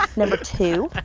um number two,